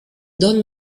don